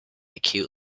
acute